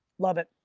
love it.